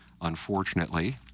unfortunately